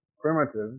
primitive